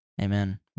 Amen